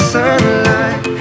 Sunlight